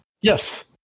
Yes